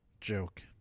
joke